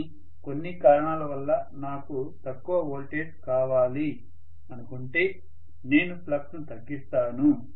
కానీ కొన్ని కారణాల వల్ల నాకు తక్కువ వోల్టేజ్ కావాలి అనుకుంటే నేను ఫ్లక్స్ ను తగ్గిస్తాను